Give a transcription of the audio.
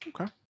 Okay